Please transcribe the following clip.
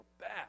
bad